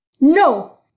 No